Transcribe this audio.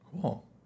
Cool